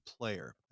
player